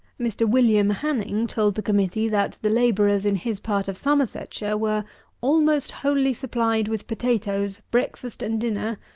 mr. william hanning told the committee that the labourers in his part of somersetshire were almost wholly supplied with potatoes, breakfast and dinner,